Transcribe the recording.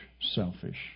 selfish